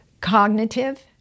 cognitive